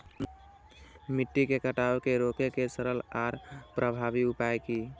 मिट्टी के कटाव के रोके के सरल आर प्रभावी उपाय की?